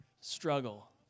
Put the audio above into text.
struggle